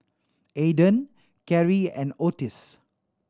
Aydan Carie and Ottis